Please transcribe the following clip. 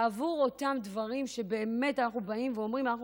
בעבור אותם דברים שבאמת אנחנו באים ואומרים: אנחנו